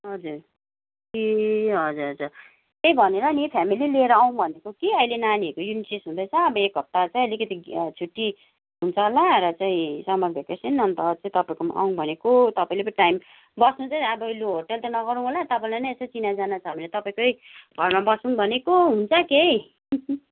हजुर ए हजुर हजुर त्यही भनेर नि फ्यामिली लिएर आउँ भनेको कि अहिले नानीहरूको युनिट टेस्ट हुँदैछ अब एक हप्ता छ अलिकति छुट्टी हुन्छ होला र चाहिँ समर भ्याकेसन अन्त चाहिँ तपाईँकोमा आउँ भनेको तपाईँले पो टाइम बस्नु चाहिँ अब लु होटल चाहिँ नगरौँ होला तपाईँलाई नि चिनाजाना छ भने तपाईँकै घरमा बसौँ भनेको हुन्छ के